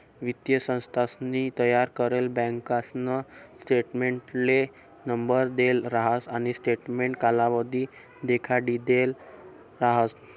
वित्तीय संस्थानसनी तयार करेल बँकासना स्टेटमेंटले नंबर देल राहस आणि स्टेटमेंट कालावधी देखाडिदेल राहस